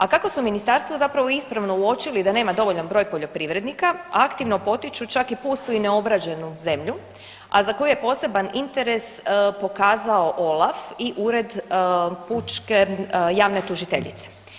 A kako su u ministarstvu zapravo ispravno uočili da nema dovoljan broj poljoprivrednika aktivno potiču čak i pustu i neobrađenu zemlju, a za koju je poseban interes pokazao OLAF i Ured javne tužiteljice.